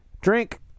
Drink